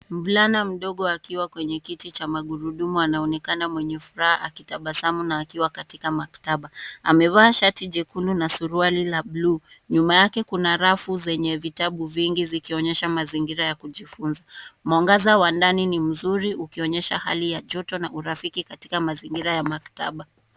Mvulana mdogo, akiwa kwenye kiti cha magurudumu, anaonekana mwenye furaha akitabasamu, na akiwa katika maktaba. Amevaa shati jekundu na suruali la bluu. Nyuma yake kuna rafu zenye vitabu vingi, zikionyesha mazingira ya kujifunza. Mwangaza wa ndani ni mzuri, ukionyesha hali ya joto na urafiki katika mazingira ya maktaba.